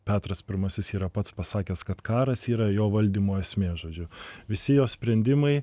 petras pirmasis yra pats pasakęs kad karas yra jo valdymo esmė žodžiu visi jo sprendimai